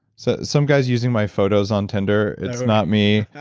so some guy's using my photos on tinder. it's not me.